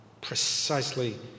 precisely